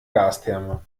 gastherme